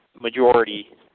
majority